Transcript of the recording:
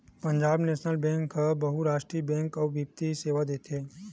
Punjab national bank ह बहुरास्टीय banking अउ बित्तीय सेवा देथे